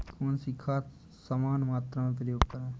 कौन सी खाद समान मात्रा में प्रयोग करें?